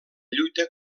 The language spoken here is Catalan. lluita